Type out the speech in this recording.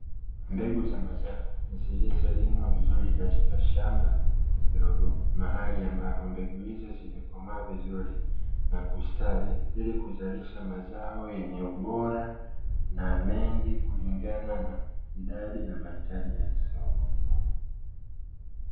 Mbegu za mazao zilizolimwa vizuri katika shamba dogo mahali ambapo mbegu hizo zimekomaa vizuri na kustawi, ili kuzalisha mazao yenye ubora na mengi kulingana na idadi na mahitaji ya soko.